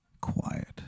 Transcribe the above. quiet